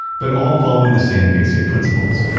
but all following the same basic principles.